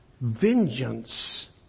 vengeance